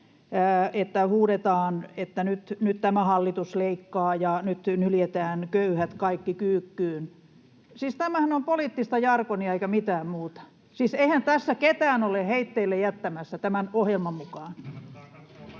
että huudetaan, että nyt tämä hallitus leikkaa ja nyt nyljetään köyhät, kaikki kyykkyyn. Siis tämähän on poliittista jargonia eikä mitään muuta. Siis eihän tässä ketään olla heitteille jättämässä tämän ohjelman mukaan.